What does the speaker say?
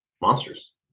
Monsters